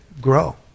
grow